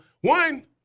One